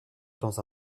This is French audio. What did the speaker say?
dans